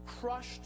crushed